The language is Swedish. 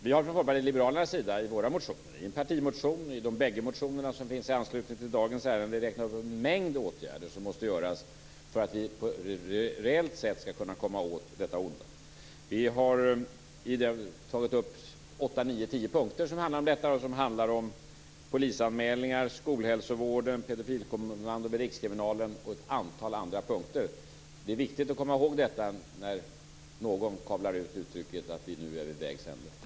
Vi har från Folkpartiet liberalernas sida i våra motioner - en partimotion och de bägge motioner som finns i anslutning till dagens ärende - räknat upp en mängd åtgärder som måste vidtas för att vi på ett reellt sätt skall kunna komma åt detta onda. Vi har tagit upp åtta-tio punkter som handlar om detta. Det handlar om polisanmälningar, skolhälsovården, pedofilkommando vid Rikskriminalen och ett antal andra punkter. Det är viktigt att komma ihåg detta när någon kablar ut uttrycket att vi nu är vid "vägs ände".